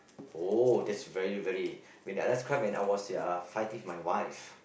oh that's very very when I last cry was fighting my wife